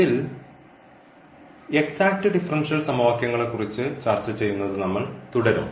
ഇതിൽ exact differential സമവാക്യങ്ങളെക്കുറിച്ച് ചർച്ച ചെയ്യുന്നത് നമ്മൾ തുടരും